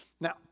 Now